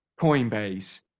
Coinbase